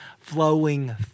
flowing